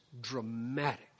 dramatic